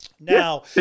Now